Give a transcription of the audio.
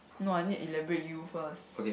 no I need elaborate you first